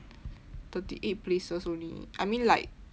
thirty eight only I mean like